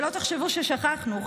שלא תחשבו ששכחנו,